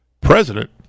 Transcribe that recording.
president